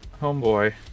Homeboy